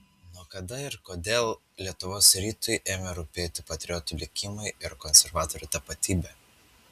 nuo kada ir kodėl lietuvos rytui ėmė rūpėti patriotų likimai ir konservatorių tapatybė